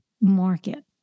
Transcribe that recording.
market